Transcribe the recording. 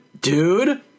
dude